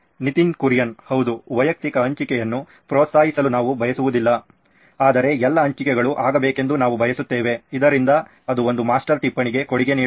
ನಿತಿನ್ ಕುರಿಯನ್ ಹೌದು ವೈಯಕ್ತಿಕ ಹಂಚಿಕೆಯನ್ನು ಪ್ರೋತ್ಸಾಹಿಸಲು ನಾವು ಬಯಸುವುದಿಲ್ಲ ಆದರೆ ಎಲ್ಲಾ ಹಂಚಿಕೆಗಳು ಆಗಬೇಕೆಂದು ನಾವು ಬಯಸುತ್ತೇವೆ ಇದರಿಂದ ಅದು ಒಂದು ಮಾಸ್ಟರ್ ಟಿಪ್ಪಣಿಗೆ ಕೊಡುಗೆ ನೀಡುತ್ತದೆ